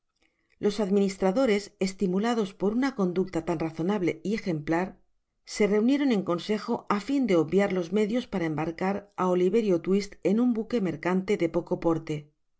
los administradores estimulados por una conducta tan razonable y ejemplar se reunieron en consejo á fin de obviar los medios para embarcar á oliverio twist en un buque mercante de poco porte que